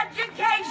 education